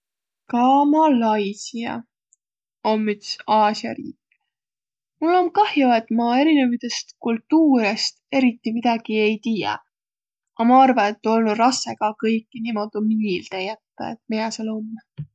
Ka Malaisia om üts Aasia riik. Mul om kah'o, et ma erinevidest kultuurõst eriti midägi ei tiiäq, a maq arva, et tuu olnuq rassõ ka kõiki niimuudu miilde jättäq, et miä sääl kõik om.